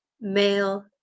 male